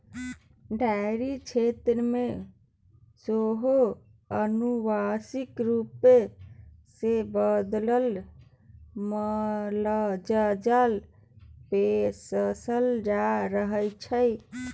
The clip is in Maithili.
डेयरी क्षेत्र मे सेहो आनुवांशिक रूपे बदलल मालजाल पोसल जा रहल छै